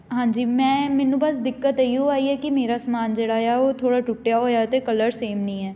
ਹਾਂਜੀ ਮੈਂ ਮੈਨੂੰ ਬਸ ਦਿੱਕਤ ਇਹੀ ਓ ਆਈ ਹੈ ਕਿ ਮੇਰਾ ਸਮਾਨ ਜਿਹੜਾ ਆ ਉਹ ਥੋੜ੍ਹਾ ਟੁੱਟਿਆ ਹੋਇਆ ਅਤੇ ਕਲਰ ਸੇਮ ਨਹੀਂ ਹੈ